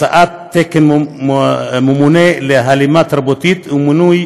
הקצאת תקן ממונה להלימה תרבותית ומינוי